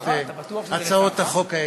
לצערך?